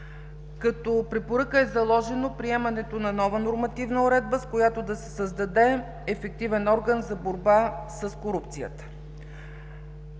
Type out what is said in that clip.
Като препоръка е заложено приемането на нова нормативна уредба, с която да се създаде ефективен орган за борба с корупцията.